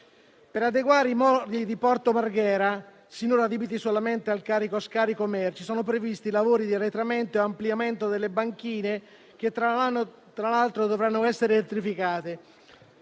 Per adeguare i moli di Porto Marghera, finora adibiti solamente al carico-scarico merci, sono previsti lavori di arretramento e ampliamento delle banchine, che tra l'altro dovranno essere elettrificate.